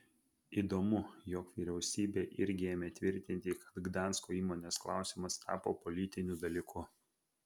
įdomu jog vyriausybė irgi ėmė tvirtinti kad gdansko įmonės klausimas tapo politiniu dalyku